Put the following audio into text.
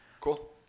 Cool